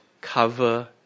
cover